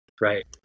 Right